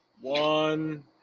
one